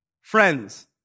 Friends